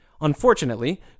Unfortunately